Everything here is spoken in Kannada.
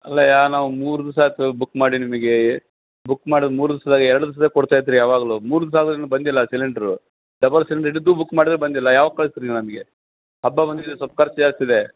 ಅಲ್ಲಯ್ಯಾ ನಾವು ಮೂರು ದಿವಸ ಆತು ಬುಕ್ ಮಾಡಿ ನಿಮಗೆ ಬುಕ್ ಮಾಡ್ದ ಮೂರು ದಿವ್ಸ್ದಾಗೆ ಎರಡು ದಿವ್ಸ್ದಾಗೆ ಕೊಡ್ತಾ ಇದ್ದರಿ ಯಾವಾಗಲು ಮೂರು ದಿವಸ ಆದರು ಇನ್ನು ಬಂದಿಲ್ಲ ಸಿಲಿಂಡ್ರು ಡಬಲ್ ಸಿಲಿಂಡ್ರಿದ್ದು ಬುಕ್ ಮಾಡಿದ್ದು ಬಂದಿಲ್ಲ ಯಾವಾಗ ಕಳಿಸ್ತೀರಿ ನಮಗೆ ಹಬ್ಬ ಬಂದಿದೆ ಸೊಲ್ಪ ಖರ್ಚು ಜಾಸ್ತಿ ಇದೆ